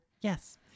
Yes